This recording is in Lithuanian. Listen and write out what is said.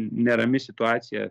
nerami situacija